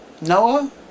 Noah